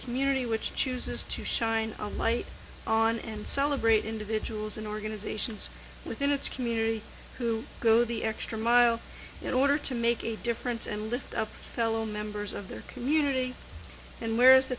community which chooses to shine a light on and celebrate individuals and organizations within its community who go the extra mile in order to make a difference and lift up fellow members of their community and where is the